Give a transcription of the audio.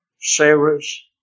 Sarah's